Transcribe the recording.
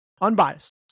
Unbiased